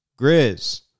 Grizz